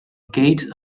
gate